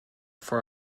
for